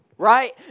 Right